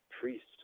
priest